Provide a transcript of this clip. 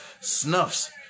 snuffs